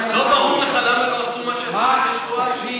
לא ברור לך למה לא עשו מה שעשו לפני שבועיים?